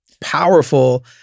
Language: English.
powerful